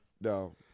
no